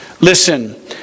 Listen